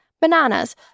Bananas